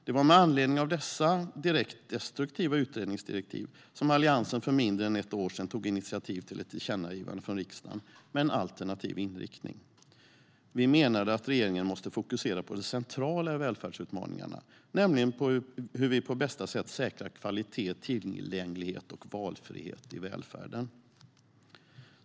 Det var med anledning av dessa direkt destruktiva utredningsdirektiv som Alliansen för mindre än ett år sedan tog initiativ till ett tillkännagivande från riksdagen med en alternativ inriktning. Vi menade att regeringen måste fokusera på det centrala i välfärdsutmaningarna, nämligen hur vi på bästa sätt säkrar kvalitet, tillgänglighet och valfrihet i välfärden.